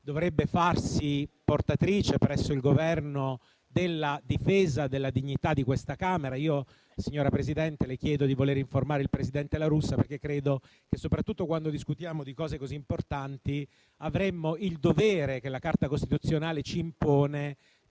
dovrebbe farsi portatrice presso il Governo della difesa della dignità di questa Camera. Signora Presidente, le chiedo di voler informare il presidente La Russa perché credo che, soprattutto quando discutiamo di temi così importanti, avremmo il dovere, che la Carta costituzionale ci impone,